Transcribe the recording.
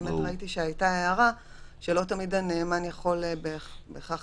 ראיתי באמת הערה שלא תמיד הנאמן יכול בהכרח